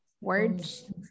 words